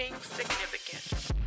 significant